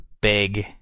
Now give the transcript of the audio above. big